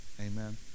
Amen